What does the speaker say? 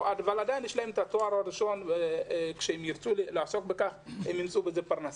אבל עדיין יש להם את התואר הראשון וכשהם ירצו לעסוק בזה הם ימצאו פרנסה.